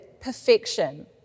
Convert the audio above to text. perfection